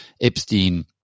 Epstein